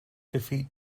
defeat